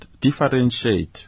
differentiate